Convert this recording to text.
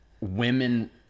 women